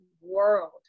world